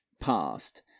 past